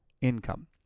income